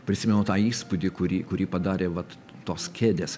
prisimenu tą įspūdį kurį kurį padarė vat tos kėdės